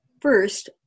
first